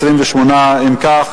28. אם כך,